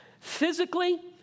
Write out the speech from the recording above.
Physically